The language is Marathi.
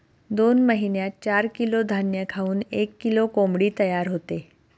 दोन महिन्यात चार किलो धान्य खाऊन एक किलो कोंबडी तयार होते